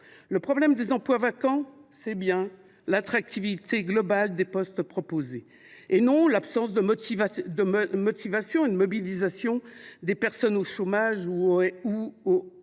Le problème des emplois vacants, c’est bien l’attractivité globale des postes proposés et non l’absence de mobilisation des personnes au chômage ou au